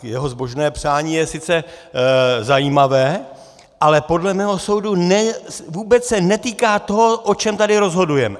Jeho zbožné přání je sice zajímavé, ale podle mého soudu se vůbec netýká toho, o čem tady rozhodujeme.